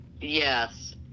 Yes